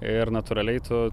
ir natūraliai tu